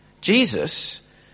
Jesus